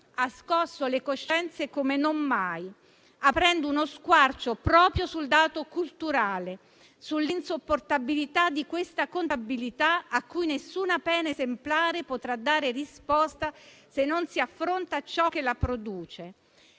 scosso le coscienze come non mai, aprendo uno squarcio proprio sul dato culturale, sull'insopportabilità di questa contabilità a cui nessuna pena esemplare potrà dare risposta, se non si affronta ciò che la produce.